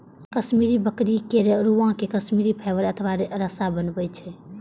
कश्मीरी बकरी के रोआं से कश्मीरी फाइबर अथवा रेशा बनै छै